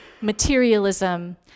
materialism